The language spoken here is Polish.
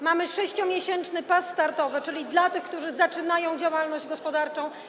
Mamy 6-miesięczny pas startowy dla tych, którzy zaczynają działalność gospodarczą.